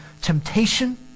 temptation